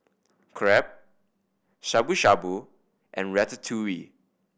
Crepe Shabu Shabu and Ratatouille